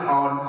on